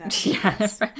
Yes